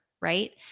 right